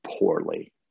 poorly